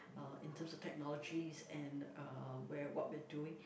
uh in terms of technologies and uh where what we are doing